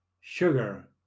sugar